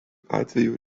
atveju